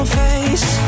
face